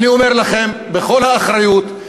אני אומר לכם בכל האחריות,